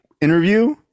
interview